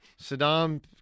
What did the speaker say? Saddam